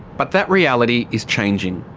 but that reality is changing.